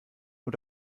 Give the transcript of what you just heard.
nur